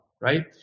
right